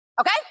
okay